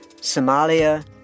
Somalia